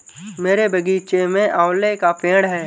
मेरे बगीचे में आंवले का पेड़ है